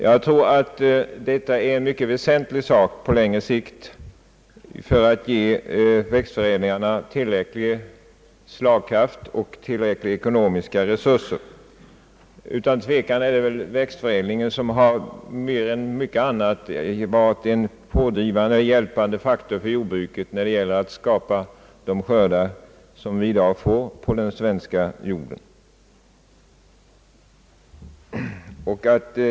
Jag tror att detta är en mycket väsentlig sak på längre sikt för att kunna ge växtförädlarna tillräcklig slagkraft och tillräckliga ekonomiska resurser. Utan tvekan har växtförädlingen mer än något annat varit en pådrivande och hjälpande faktor för jordbruket när det gällt att skapa de skördar vi i dag får från den svenska jorden.